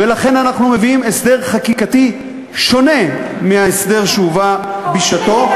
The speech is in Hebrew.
ולכן אנחנו מביאים הסדר חקיקתי שונה מההסדר שהובא בשעתו,